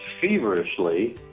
feverishly